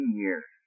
years